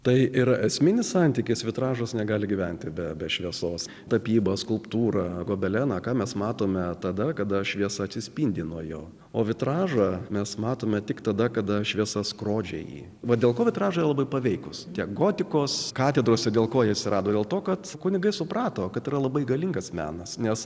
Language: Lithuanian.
tai yra esminis santykis vitražas negali gyventi be šviesos tapybą skulptūrą gobeleną ką mes matome tada kada šviesa atsispindi nuo jo o vitražą mes matome tik tada kada šviesa skrodžia jį va dėl ko vitražai labai paveikūs tiek gotikos katedrose dėl kojas rado dėl to kad kunigas suprato kad yra labai galingas menas nes